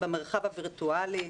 זה במרחב הווירטואלי.